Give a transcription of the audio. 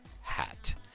hat